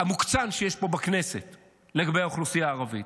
המוקצן שיש פה בכנסת לגבי האוכלוסייה הערבית.